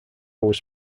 was